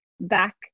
back